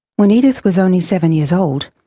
when edith was only seven years old,